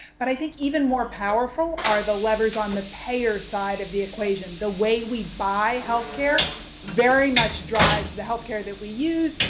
but i think even more powerful are the levers on the payer side of the equation. the way we buy health care very much drives the health care that we use,